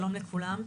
שלום לכולם.